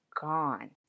gone